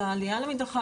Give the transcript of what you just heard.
על העלייה על המדרכה,